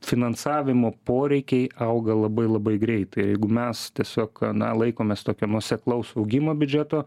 finansavimo poreikiai auga labai labai greitai ir jeigu mes tiesiog na laikomės tokio nuoseklaus augimo biudžeto